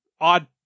odd